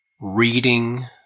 reading